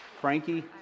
Frankie